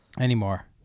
Anymore